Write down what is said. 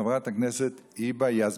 חברת הכנסת היבה יזבק.